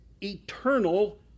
eternal